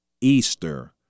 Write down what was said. Easter